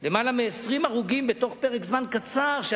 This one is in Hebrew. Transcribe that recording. יותר מ-20 הרוגים בפרק זמן קצר.